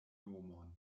nomon